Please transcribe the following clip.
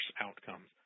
outcomes